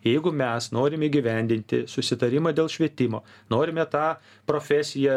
jeigu mes norim įgyvendinti susitarimą dėl švietimo norime tą profesiją